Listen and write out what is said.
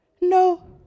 No